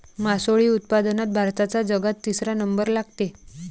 मासोळी उत्पादनात भारताचा जगात तिसरा नंबर लागते